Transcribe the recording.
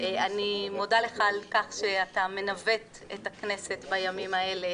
אני מודה לך על כך שאתה מנווט את הכנסת בימים האלה,